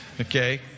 okay